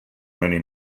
many